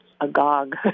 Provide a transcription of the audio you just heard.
agog